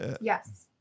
Yes